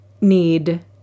need